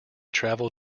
travel